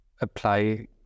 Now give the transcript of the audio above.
apply